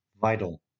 vital